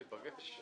ניפגש.